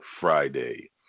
Friday